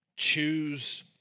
choose